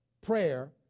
prayer